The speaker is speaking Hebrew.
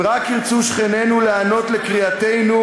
אם רק ירצו שכנינו להיענות לקריאתנו,